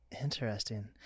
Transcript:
Interesting